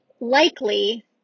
likely